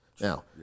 Now